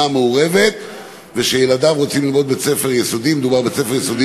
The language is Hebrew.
המעורבת וילדיו רוצים ללמוד בבית ספר-יסודי,